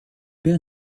père